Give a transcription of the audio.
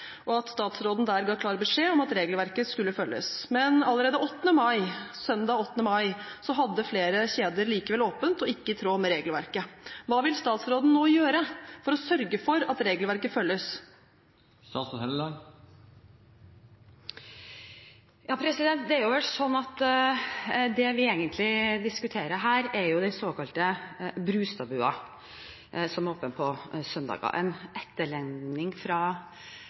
og at statsråden der ga klar beskjed om at regelverket skulle følges. Men allerede søndag 8. mai hadde flere kjeder likevel åpent, noe som ikke er i tråd med regelverket. Hva vil statsråden nå gjøre for å sørge for at regelverket følges? Det vi egentlig diskuterer her, er den såkalte Brustad-bua, som er åpen på søndager. Det er en